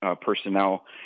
personnel